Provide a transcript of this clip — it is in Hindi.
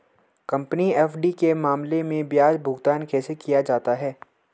कंपनी एफ.डी के मामले में ब्याज भुगतान कैसे किया जाता है?